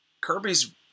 Kirby's